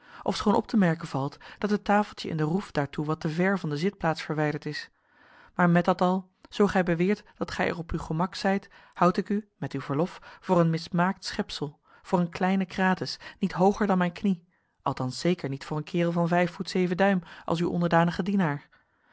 ofschoon op te merken valt dat het tafeltje in de roef daartoe wat te ver van de zitplaats verwijderd is maar met dat al zoo gij beweert dat gij er op uw gemak zijt houd ik u met uw verlof voor een mismaakt schepsel voor een kleinen krates niet hooger dan mijn knie althans zeker niet voor een kerel van vijf voet zeven duim als uw onderdanigen dienaar